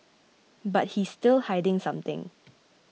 but he's still hiding something